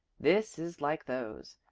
this is like those.